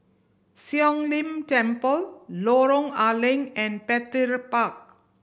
Siong Lim Temple Lorong A Leng and Petir Park